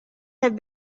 have